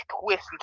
twist